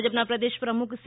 ભાજપના પ્રદેશ પ્રમુખ સી